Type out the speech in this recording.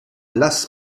lass